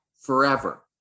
forever